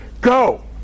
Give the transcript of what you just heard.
Go